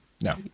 No